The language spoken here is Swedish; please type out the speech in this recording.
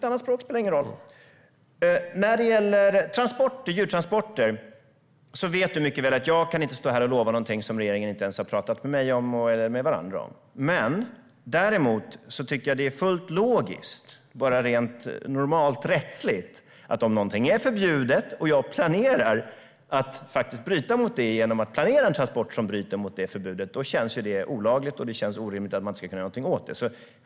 När det gäller djurtransporter vet du mycket väl att jag inte kan stå här och lova någonting som man i regeringen inte ens har pratat med mig eller med varandra om. Däremot tycker jag att det är fullt logiskt rent rättsligt att om någonting är förbjudet och jag planerar en transport som bryter mot det är det olagligt, och det känns orimligt att man inte ska kunna göra någonting åt det.